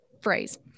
phrase